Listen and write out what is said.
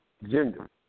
Gender